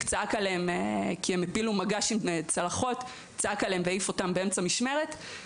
צעק עליהם והעיף אותם באמצע המשמרת כי הפילו מגש עם צלחות.